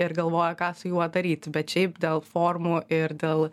ir galvoja ką su juo daryti bet šiaip dėl formų ir dėl